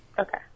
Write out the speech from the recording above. Okay